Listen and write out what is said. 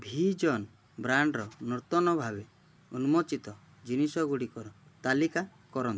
ଭି John ବ୍ରାଣ୍ଡ୍ର ନୂତନ ଭାବେ ଉନ୍ମୋଚିତ ଜିନିଷଗୁଡ଼ିକର ତାଲିକା କରନ୍ତୁ